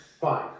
fine